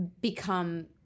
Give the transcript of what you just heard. become